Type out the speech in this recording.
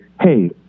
hey